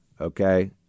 okay